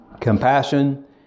compassion